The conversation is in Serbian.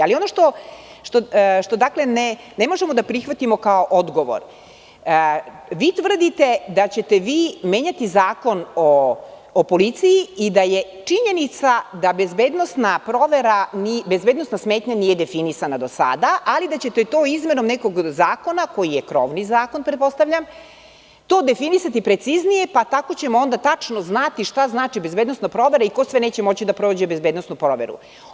Ali, ono što ne možemo da prihvatimo kao odgovor - vi tvrdite da ćete vi menjati Zakon o policiji i da je činjenica da bezbednosna provera ni bezbednosna smetnja nije definisana do sada, ali da ćete to izmenom nekog zakona, koji je krovni zakon pretpostavljam, to definisati preciznije, pa tako ćemo onda tačno znati šta znači bezbednosna provera i ko sve neće moći da prođe bezbednosnu proveru.